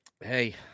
Hey